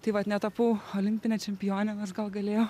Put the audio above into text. tai vat netapau olimpine čempione nors gal galėjau